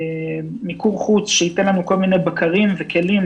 מיקור חוץ שייתן לנו כול מיני בקרים וכלים